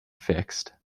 fixed